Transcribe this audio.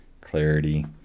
clarity